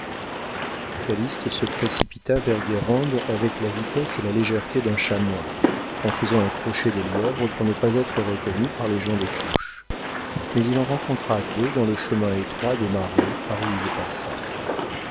calyste se précipita vers guérande avec la vitesse et la légèreté d'un chamois en faisant un crochet de lièvre pour ne pas être reconnu par les gens des touches mais il en rencontra deux dans le chemin étroit des marais par où il passa